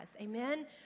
Amen